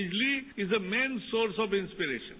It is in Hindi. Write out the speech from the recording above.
बिजली is a main source of inspirations